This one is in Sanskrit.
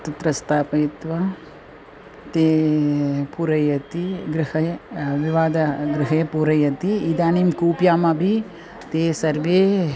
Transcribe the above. तत्र स्थापयित्वा ते पूरयन्ति गृहे विवाहः गृहे पूरयन्ति इदानीं कूप्याम् अपि ते सर्वे